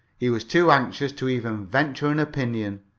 he was too anxious to even venture an opinion.